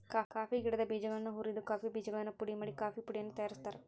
coffee ಗಿಡದ ಬೇಜಗಳನ್ನ ಹುರಿದ ಕಾಫಿ ಬೇಜಗಳನ್ನು ಪುಡಿ ಮಾಡಿ ಕಾಫೇಪುಡಿಯನ್ನು ತಯಾರ್ಸಾತಾರ